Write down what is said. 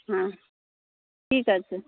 হ্যাঁ ঠিক আছে